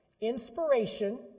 Inspiration